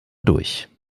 durch